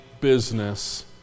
business